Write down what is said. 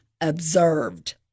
observed